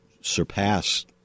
surpass